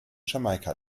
jamaika